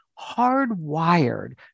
hardwired